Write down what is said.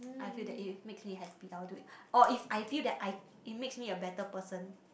I feel that if it makes me happy I will do it or if I feel that I it makes me a better person